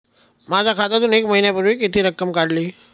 माझ्या खात्यातून एक महिन्यापूर्वी किती रक्कम काढली?